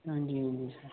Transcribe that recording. हां जी हां जी सर